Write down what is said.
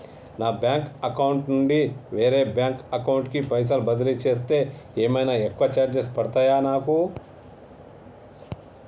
నా bank account నుండి వేరే బ్యాంక్ అకౌంట్ కి పైసల్ బదిలీ చేస్తే ఏమైనా ఎక్కువ చార్జెస్ పడ్తయా నాకు?